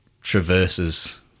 traverses